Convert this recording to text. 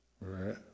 right